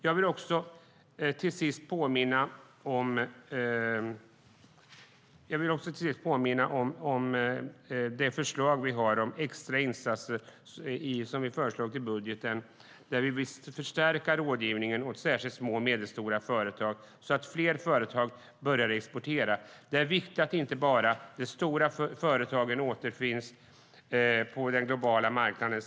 Jag vill påminna om den extra insats vi föreslagit i årets budget. Vi vill förstärka rådgivningen speciellt för små och medelstora företag, så att fler företag börjar exportera. Det är viktigt att inte bara de stora företagen finns på den globala marknaden.